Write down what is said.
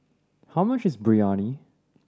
how much is Biryani